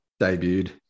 debuted